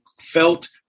felt